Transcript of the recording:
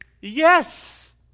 yes